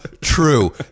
true